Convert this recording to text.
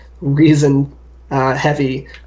reason-heavy